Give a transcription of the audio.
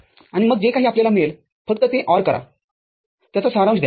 आणि मग जे काही आपल्याला मिळेल फक्त ते OR करा त्याचा सारांश द्या